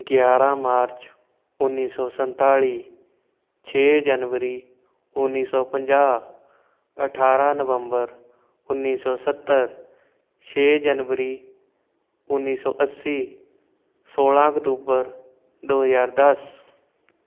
ਗਿਆਰ੍ਹਾਂ ਮਾਰਚ ਉੱਨੀ ਸੌ ਸੰਨਤਾਲੀ ਛੇ ਜਨਵਰੀ ਉੱਨੀ ਸੌ ਪੰਜਾਹ ਅਠਾਰ੍ਹਾਂ ਨਵੰਬਰ ਉੱਨੀ ਸੌ ਸੱਤਰ ਛੇ ਜਨਵਰੀ ਉੱਨੀ ਸੌ ਅੱਸੀ ਸੋਲ੍ਹਾਂ ਅਕਤੂਬਰ ਦੋ ਹਜਾਰ ਦਸ